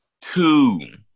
two